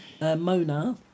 Mona